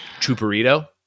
Chuparito